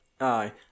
Aye